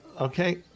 okay